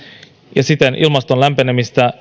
ja siten ilmaston lämpenemistä